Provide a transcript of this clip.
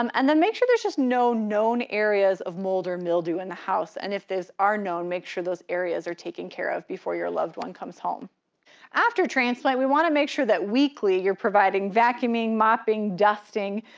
um and then make sure there's just no known areas of mold or mildew in the house. and if there's are known, make sure those areas are taken care of before your loved one comes home after transplant, we wanna make sure that weekly you're providing vacuuming, mopping, dusting,